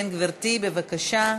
כן, גברתי, בבקשה.